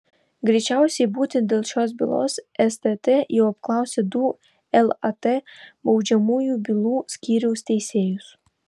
greičiausiai būtent dėl šios bylos stt jau apklausė du lat baudžiamųjų bylų skyriaus teisėjus